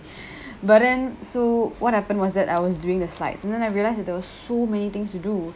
but then so what happened was that I was doing the slides and then I realise that there were so many things to do